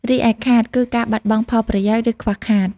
រីឯ "ខាត" គឺការបាត់បង់ផលប្រយោជន៍ ឬខ្វះខាត។